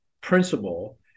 principle